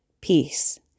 peace